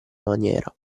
maniera